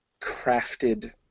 crafted